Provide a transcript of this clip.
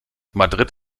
madrid